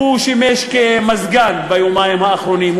הוא שימש כמזגן ביומיים האחרונים,